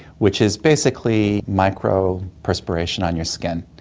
which is basically micro-perspiration on your skin.